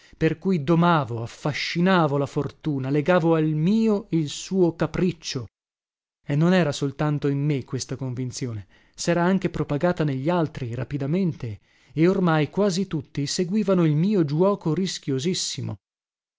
per cui domavo affascinavo la fortuna legavo al mio il suo capriccio e non era soltanto in me questa convinzione sera anche propagata negli altri rapidamente e ormai quasi tutti seguivano il mio giuoco rischiosissimo